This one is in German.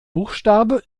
buchstabe